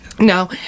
No